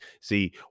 See